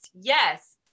yes